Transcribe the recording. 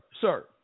sir